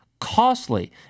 costly